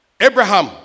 Abraham